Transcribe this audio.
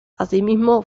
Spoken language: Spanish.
asimismo